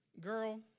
girl